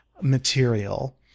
material